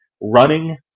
running